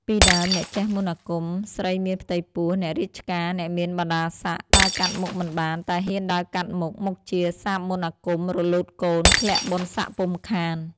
ពីដើម អ្នកចេះមន្តអាគម, ស្រីមានផ្ទៃពោះ, អ្នករាជការ, អ្នកមានបណ្ដាសក្ដិ ដើរកាត់មុខមិនបាន, តែហ៊ានដើរកាត់មុខ មុខជាសាបមន្តអាគម, រលូតកូន, ធ្លាក់បុណ្យសក្ដិពុំខាន ។